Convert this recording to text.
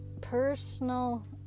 personal